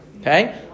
Okay